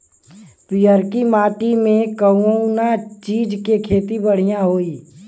पियरकी माटी मे कउना चीज़ के खेती बढ़ियां होई?